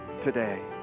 today